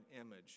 image